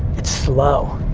it's slow.